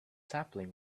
sapling